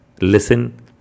listen